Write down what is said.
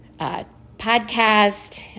podcast